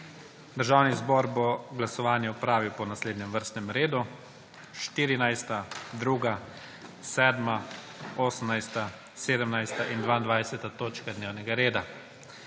Državni zbor bo glasovanje opravil po naslednjem vrstnem redu: 14., 2., 7., 18., 17. in 22. točka dnevnega reda.